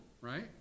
right